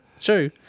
true